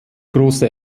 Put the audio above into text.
große